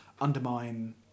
undermine